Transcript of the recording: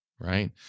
Right